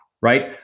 right